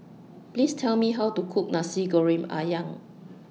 Please Tell Me How to Cook Nasi Goreng Ayam